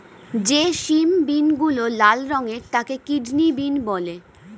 যে সিম বিনগুলো লাল রঙের তাকে কিডনি বিন বলে